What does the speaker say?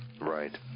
right